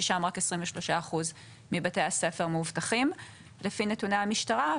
ששם רק 23% מבתי הספר מאובטחים לפי נתוני המשטרה.